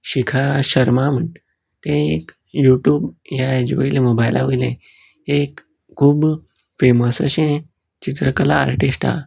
शिखा शर्मा म्हूण ती एक युट्यूब ह्या हाचे वयली मोबायला वयली एक खूब फेमस अशें चित्रकला आर्टीस्ट आहा